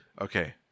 Okay